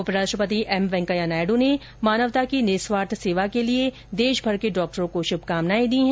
उपराष्टपति M Venkaiah Naidu ने मानवता की निस्वार्थ सेवा के लिए देशभर के डॉक्टरों को शुभकामनाएं दी है